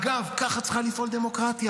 אגב, ככה צריכה לפעול דמוקרטיה.